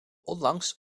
onlangs